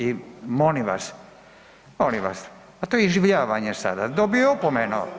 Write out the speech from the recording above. I molim vas, molim vas, pa to je iživljavanje sada, dobio je opomenu.